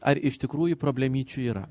ar iš tikrųjų problemyčių yra